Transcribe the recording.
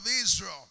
Israel